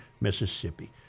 Mississippi